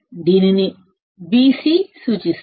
దీనిని సూచిస్తుంది